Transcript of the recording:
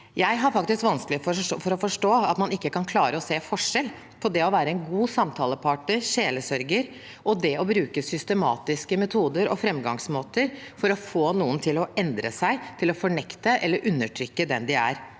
Jeg har faktisk vanskelig for å forstå at man ikke kan klare å se forskjell på det å være en god samtalepartner og sjelesørger og det å bruke systematiske metoder og framgangsmåter for å få noen til å endre seg, fornekte eller undertrykke den de er.